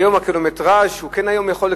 היום את הקילומטרז' הוא כן יכול לקבל,